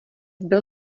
byl